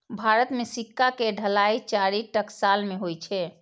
भारत मे सिक्का के ढलाइ चारि टकसाल मे होइ छै